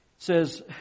says